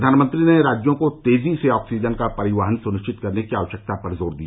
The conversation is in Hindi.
प्रधानमंत्री ने राज्यों को तेजी से ऑक्सीजन का परिवहन सुनिश्चित करने की आवश्यकता पर जोर दिया